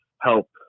help